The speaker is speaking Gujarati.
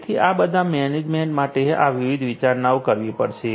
તેથી એટલા બધા મેનેજમેન્ટ માટે આ વિવિધ વિચારણાઓ કરવી પડશે